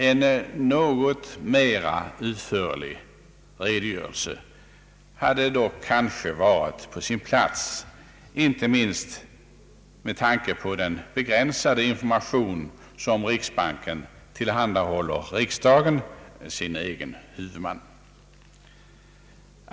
En något mer utförlig redogörelse hade dock kanske varit på sin plats, inte minst med tanke på den begränsade information som riksbanken tillhandahåller riksdagen — sin egen huvudman.